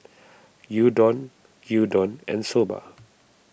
Gyudon Gyudon and Soba